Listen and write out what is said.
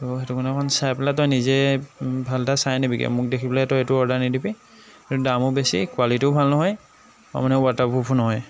ত' সেইটোকাৰণে অকণ চাই পেলাই তই নিজে ভাল এটা চাই আনিবিগৈ মোক দেখি পেলাই তই এইটো অৰ্ডাৰ নিদিবি এইটো দামো বেছি কুৱালিটীও ভাল নহয় আৰু মানে ৱাটাৰপ্ৰুফো নহয়